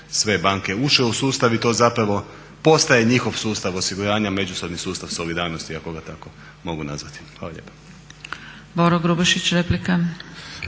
sve banke ušle u sustav i to zapravo postaje njihov sustav osiguranja, međusobni sustav solidarnosti ako ga tako mogu nazvati. Hvala lijepa.